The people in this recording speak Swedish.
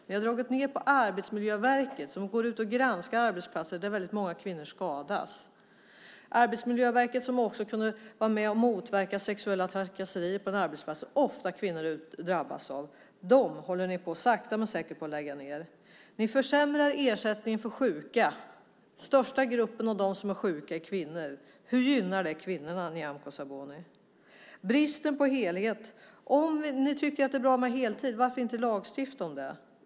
Ni har dragit ned på Arbetsmiljöverket, som granskar arbetsplatser där många kvinnor skadas. Arbetsmiljöverket har också varit med och motverkat sexuella trakasserier på arbetsplatser, något som kvinnor ofta drabbas av. Det verket håller ni sakta men säkert på att lägga ned. Ni försämrar ersättningen för sjuka. Den största gruppen av dem som är sjuka är kvinnor. Hur gynnar det kvinnorna, Nyamko Sabuni? Det råder brist på helhet. Om ni tycker att det är bra med heltid, varför lagstiftar ni inte om det?